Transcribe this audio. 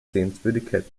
sehenswürdigkeit